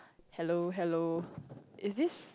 hello hello is this